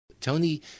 Tony